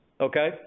okay